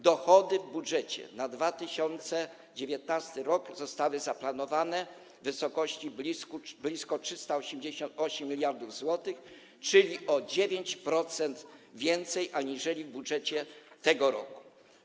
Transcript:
Dochody w budżecie na 2019 r. zostały zaplanowane w wysokości blisko 388 mld zł, co stanowi o 9% więcej aniżeli w budżecie tego roku.